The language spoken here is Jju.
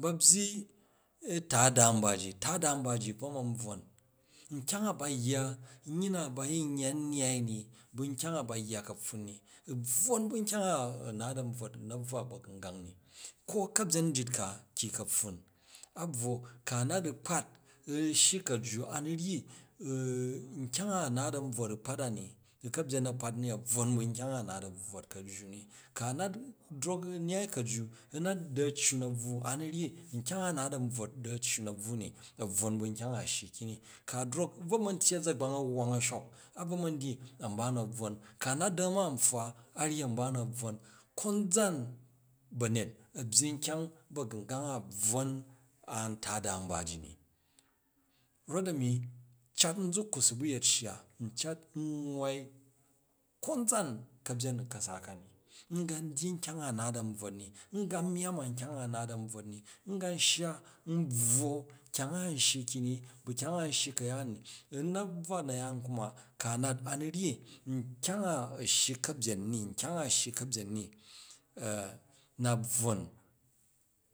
Ba bygi tada nba ji, tada nba ji u̱bva ma̱n bvwo, nkyong a ba yya nyyi na ba yin yya nnyai ni, bu̱ nyyi na ba yin yya nnyai ni, bu̱ nkyang a bayya ka̱pffun ni bvwon bu̱ nkyang a naat an bvwot u̱ na̱bvwa ba̱gungang i ko u̱ ka̱byen njit ka ki ka̱pffun a̱bvwo ka nat u̱ kpat u̱ shyi ka̱jju abvwo nkyang a naat u̱ bvwot u kpat a ni u ka̱byen a̱kpat ni a bvwon bu̱ nkyang a naat a̱n bvwot ka̱jju ni, ku̱ a nat drok nyaai ka̱jju u nat di a̱ ccu na̱bva a̱ nu ryyi nkyang a naat a̱n bvwot di a̱ccu na̱bvwu ni a bvwon bu̱ nkyang a shyi ki ni, ko drok u̱ bvo ma̱n tyyi a̱zagbang a̱wwang a̱shok a bvo man dyyi anba nu a bvwon, ka nat di a̱na npffa a ryyi a̱mba nu a̱ bvwon konzan ba̱nyet a̱ byyi nkyang a bvwon ba̱gungang antada nbaji ni rot a̱ nui cat nzukku su bu yet shya, ncat n nwwai konzan ka̱byen u̱ ka̱sa ka ni, ngan dyyi nkyang a naat a̱n bvwotdi, ngan nyamm nkyang a naat nbvwot ni gan shya n bvwo kyang a nshyi ki ni ba̱ kyang a n shyi ka̱ya ni ni, u na̱bvwa na̱yaan kuma ku a̱ rat a̱ nu zyyi nkyang a a shyi ka̱nyen ni a na bvwon